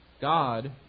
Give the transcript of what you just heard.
God